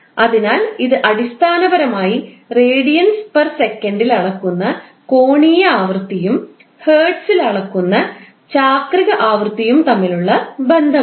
അതിനാൽ ഇത് അടിസ്ഥാനപരമായി റേഡിയൻസ് പെർ സെക്കൻഡിൽ അളക്കുന്ന കോണീയ ആവൃത്തിയും ഹെർട്സ് ൽ അളക്കുന്ന ചാക്രിക ആവൃത്തിയും തമ്മിലുള്ള ബന്ധമാണ്